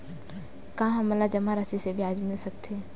का हमन ला जमा राशि से ब्याज मिल सकथे?